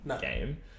game